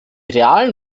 realen